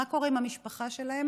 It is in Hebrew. במה שקורה עם המשפחה שלהם?